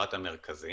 מהשרת המרכזי